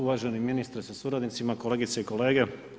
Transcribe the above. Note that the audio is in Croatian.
Uvaženi ministre sa suradnicima, kolegice i kolege.